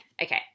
Okay